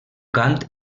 cant